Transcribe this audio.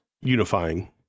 unifying